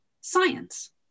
science